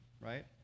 right